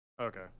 Okay